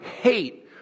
hate